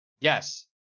Yes